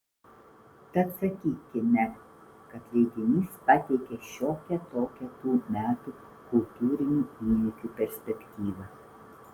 tad sakykime kad leidinys pateikė šiokią tokią tų metų kultūrinių įvykių perspektyvą